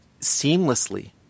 seamlessly